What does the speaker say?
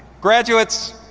graduates,